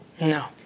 No